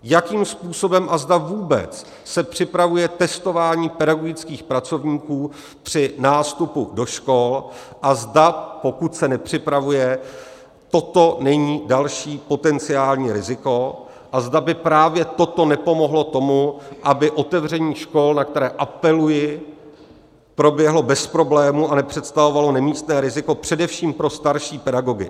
Jakým způsobem a zda vůbec se připravuje testování pedagogických pracovníků při nástupu do škol a zda pokud se nepřipravuje toto není další potenciální riziko a zda by právě toto nepomohlo tomu, aby otevření škol, na které apeluji, proběhlo bez problémů a nepředstavovalo nemístné riziko především pro starší pedagogy.